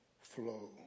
flow